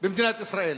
במדינת ישראל.